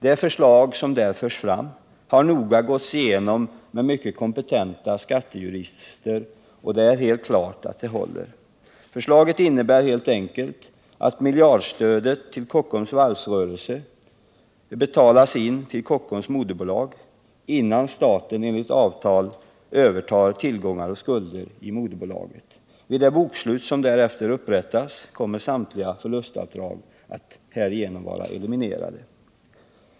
Det förslag som där förs fram har noga gåtts igenom med mycket kompetenta skattejurister, och det är helt klart att det håller. Förslaget innebär helt enkelt att miljardstödet till Kockums varvsrörelse betalas in till Kockums moderbolag innan staten enligt avtalet övertar tillgångar och skulder i moderbolaget. Vid det bokslut som därefter upprättas kommer samtliga förlustavdrag därigenom att vara eliminerade.